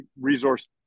resource